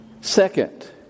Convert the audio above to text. Second